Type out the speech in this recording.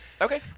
Okay